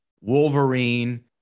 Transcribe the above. Wolverine